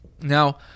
now